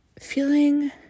feeling